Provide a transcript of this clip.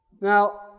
Now